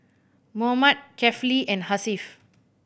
Muhammad Kefli and Hasif